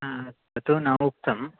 ततु न उक्तम्